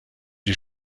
die